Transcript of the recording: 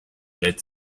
led